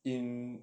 in